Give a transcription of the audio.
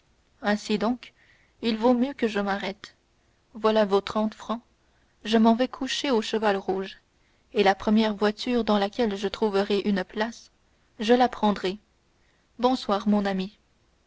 ainsi donc mieux vaut que je m'arrête voilà vos trente francs je m'en vais coucher au cheval rouge et la première voiture dans laquelle je trouverai une place je la prendrai bonsoir mon ami